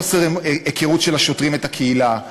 חוסר היכרות של השוטרים עם הקהילה,